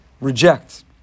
reject